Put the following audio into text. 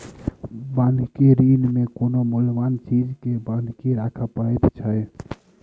बन्हकी ऋण मे कोनो मूल्यबान चीज के बन्हकी राखय पड़ैत छै